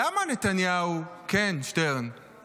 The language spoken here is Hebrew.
למה נתניהו --- באמת?